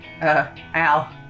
Al